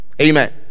amen